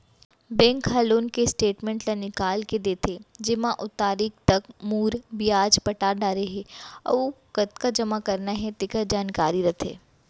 bank ह loan के statement ल निकाल के देथे जेमा ओ तारीख तक मूर, बियाज पटा डारे हे अउ कतका जमा करना हे तेकर जानकारी रथे